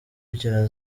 ugera